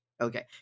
Okay